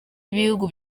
ibihugu